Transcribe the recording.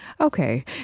Okay